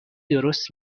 درست